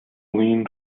leaned